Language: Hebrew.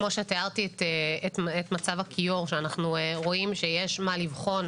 כמו שתיארתי את מצב הכיור שאנחנו רואים שיש מה לבחון,